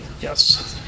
Yes